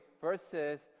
versus